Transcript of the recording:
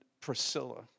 Priscilla